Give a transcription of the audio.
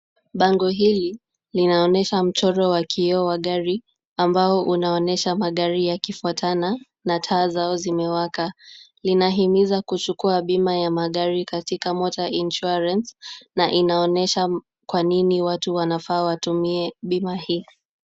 Bango hili linaonyesha mchoro wa kioo wa gari ambao unaonyesha magari yakifuatana na taa zao zimewaka. Linahimiza kuchukua bima ya magari katika Motor Insurance na inaonyesha kwa nini watu wanafaa watumie bima hii.